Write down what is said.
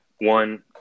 one